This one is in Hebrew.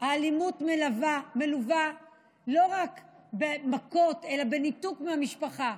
האלימות מלווה לא רק במכות אלא בניתוק מהמשפחה,